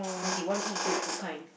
when they want to eat good food kind